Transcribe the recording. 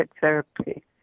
therapy